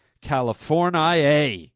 California